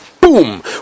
boom